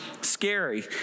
scary